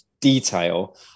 detail